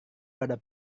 pada